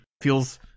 feels